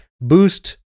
Boost